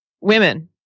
women